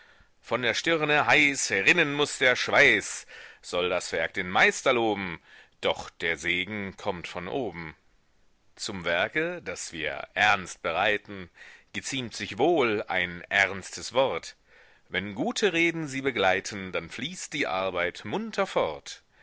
von der stirne heiß rinnen muß der schweiß soll das werk den meister loben doch der segen kommt von oben zum werke das wir ernst bereiten geziemt sich wohl ein ernstes wort wenn gute reden sie begleiten dann fließt die arbeit munter fort